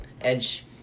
Edge